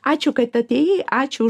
ačiū kad atėjai ačiū už